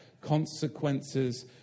Consequences